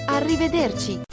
Arrivederci